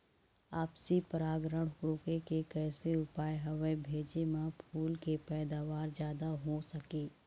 आपसी परागण रोके के कैसे उपाय हवे भेजे मा फूल के पैदावार जादा हों सके?